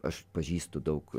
aš pažįstu daug